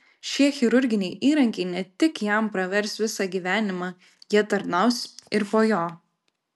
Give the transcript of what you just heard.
šie chirurginiai įrankiai ne tik jam pravers visą gyvenimą jie tarnaus ir po jo